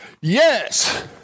Yes